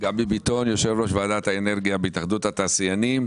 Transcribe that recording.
אני יושב-ראש ועדת האנרגיה בהתאחדות התעשיינים.